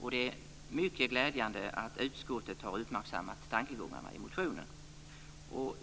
och det är mycket glädjande att utskottet har uppmärksammat tankegångarna i motionen.